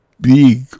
big